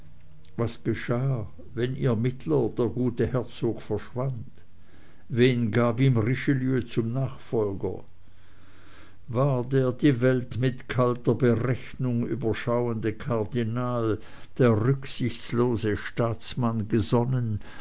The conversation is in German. was geschah wenn ihr mittler der gute herzog verschwand wen gab ihm richelieu zum nachfolger war der die welt mit kalter berechnung überschauende kardinal der rücksichtslose staatsmann gesonnen